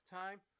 time